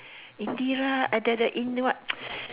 in the right the the in what